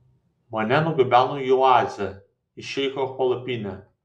mane nugabeno į oazę į šeicho palapinę